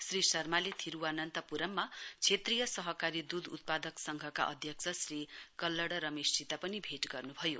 श्री शर्माले थिरूवानन्तमपुरम क्षेत्रीय सहकारी दुध उत्पादक संघका अध्यक्ष श्री कल्लङ रमेशसित पनि भेट गर्नु भयो